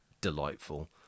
delightful